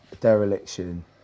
dereliction